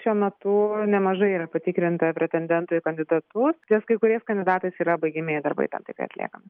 šiuo metu nemažai yra patikrinta pretendentų į kandidatus ties kai kuriais kandidatais yra baigiamieji darbai tam tikri atliekami